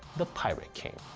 the pirate king,